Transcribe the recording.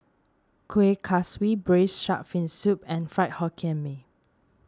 Kuih Kaswi Braised Shark Fin Soup and Fried Hokkien Mee